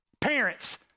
Parents